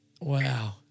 Wow